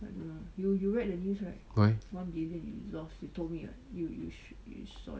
why